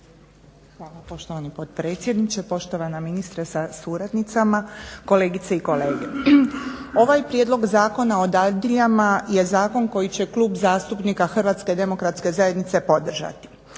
Hvala poštovani potpredsjedniče, ministre sa suradnicama, kolegice i kolege. Ovaj prijedlog zakona o dadiljama je zakon koji će Klub zastupnika HDZ-a podržati.